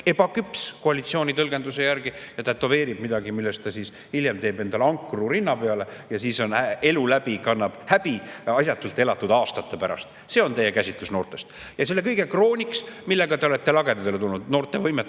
ebaküps – [laseb endale] tätoveerida midagi, millest ta hiljem teeb endale ankru rinna peale ja siis on elu läbi, ta kannab häbi asjatult elatud aastate pärast. See on teie käsitlus noortest. Ja selle kõige krooniks – millega te olete lagedale tulnud? Noorte võimetuse